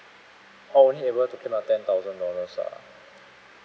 oh only able to claim uh ten thousand dollars lah